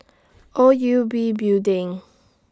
O U B Building